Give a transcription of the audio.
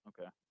okay